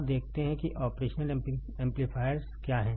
अब देखते हैं कि ऑपरेशनल एम्पलीफायर्स क्या हैं